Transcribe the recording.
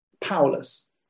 powerless